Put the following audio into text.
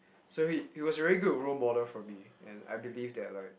so he it was a very good role model for me and I believe that like